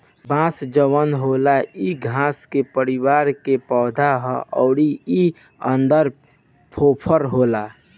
बांस जवन होला इ घास के परिवार के पौधा हा अउर इ अन्दर फोफर होला